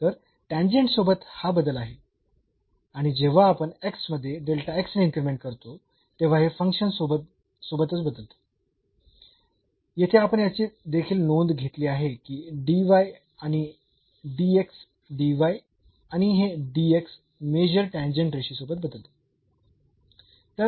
तर टॅन्जेंट सोबत हा बदल आहे आणि जेव्हा आपण मध्ये ने इन्क्रीमेंट करतो तेव्हा हे फंक्शन सोबतच बदलते येथे आपण याची देखील नोंद घेतली आहे की आणि आणि हे मेझर टॅन्जेंट रेषेसोबत बदलते